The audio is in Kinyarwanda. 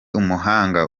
umuhanga